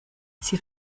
sie